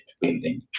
building